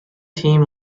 team